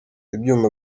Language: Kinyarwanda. ibyuma